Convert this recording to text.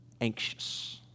anxious